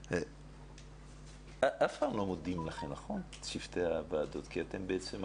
אני מתכבד לפתוח את ישיבת ועדת החינוך,